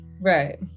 right